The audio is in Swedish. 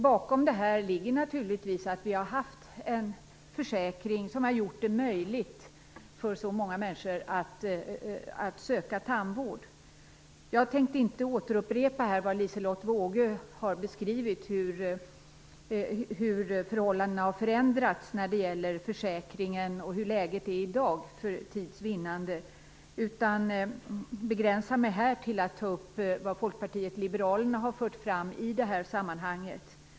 Bakom detta ligger naturligtvis att vi har haft en försäkring som har gjort det möjligt för så många människor att efterfråga tandvård. För tids vinnande tänker jag inte återupprepa Liselotte Wågös beskrivning av förändringarna i försäkringen och av hur läget är i dag, utan jag tänker begränsa mig till att ta upp det som Folkpartiet liberalerna har fört fram i det här sammanhanget.